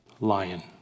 lion